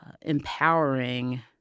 empowering